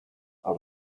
out